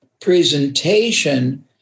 presentation